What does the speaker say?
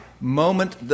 moment